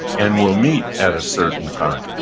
and we'll meet at a certain time.